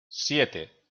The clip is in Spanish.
siete